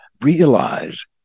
realize